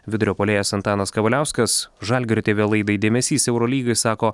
vidurio puolėjas antanas kavaliauskas žalgirio tv laidai dėmesys eurolygai sako